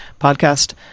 podcast